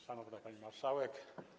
Szanowna Pani Marszałek!